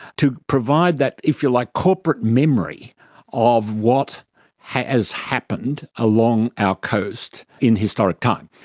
to provide that, if you like, corporate memory of what has happened along our coast in historic time.